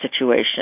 situation